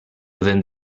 within